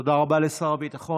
תודה רבה לשר הביטחון.